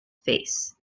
face